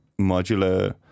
modular